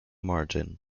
margin